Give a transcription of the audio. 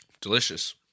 delicious